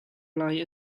lai